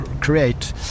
create